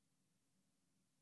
הראיה,